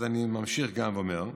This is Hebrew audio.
אני ממשיך ואומר: